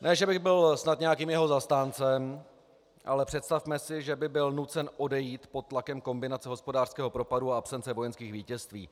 Ne že bych byl snad nějakým jeho zastáncem, ale představme si, že by byl nucen odejít pod tlakem kombinace hospodářského propadu a absence vojenských vítězství.